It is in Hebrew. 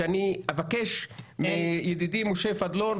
שאני אבקש מידידי משה פדלון,